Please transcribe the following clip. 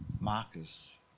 marcus